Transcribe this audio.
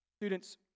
Students